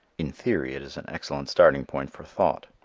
in theory it is an excellent starting point for thought.